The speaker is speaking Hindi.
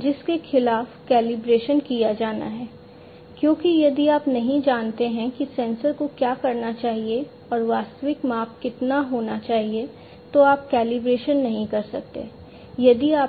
और इसके लिए